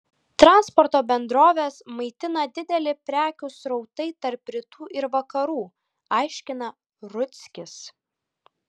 transporto bendroves maitina dideli prekių srautai tarp rytų ir vakarų aiškina rudzkis